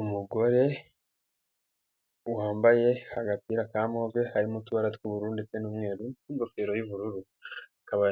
Umugore wambaye agapira ka move harimo utubara t'ubururu, ndetse n'umweru, n' ingogofero y'ubururu. Akaba